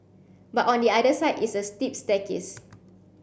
but on the other side is a steep staircase